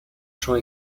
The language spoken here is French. champ